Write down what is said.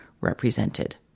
represented